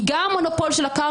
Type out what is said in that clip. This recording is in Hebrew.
היא גם מונופול של הקרקע,